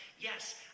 yes